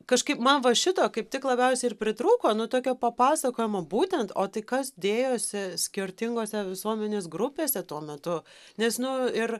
kažkaip man va šito kaip tik labiausiai ir pritrūko nu tokio papasakojimo būtent o tai kas dėjosi skirtingose visuomenės grupėse tuo metu nes nu ir